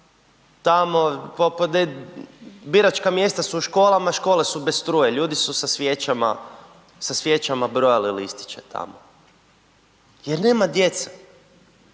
tamo po, biračka mjesta su u školama, škole su bez struje, ljudi su sa svijećama, sa svijećama brojali listiće tamo, jer nema djece.